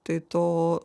tai to